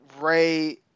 Ray